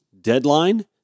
deadline